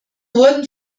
wurden